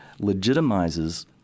legitimizes